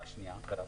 רק שנייה.